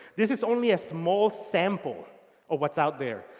this is only a small sample of what's out there.